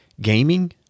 gaming